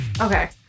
Okay